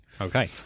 okay